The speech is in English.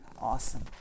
awesome